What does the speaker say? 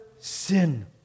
sin